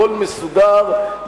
הכול מסודר,